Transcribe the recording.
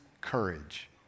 courage